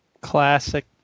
classic